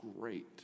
great